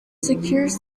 secures